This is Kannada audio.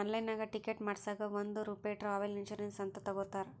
ಆನ್ಲೈನ್ನಾಗ್ ಟಿಕೆಟ್ ಮಾಡಸಾಗ್ ಒಂದ್ ರೂಪೆ ಟ್ರಾವೆಲ್ ಇನ್ಸೂರೆನ್ಸ್ ಅಂತ್ ತಗೊತಾರ್